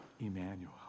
Emmanuel